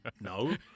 no